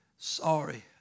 Sorry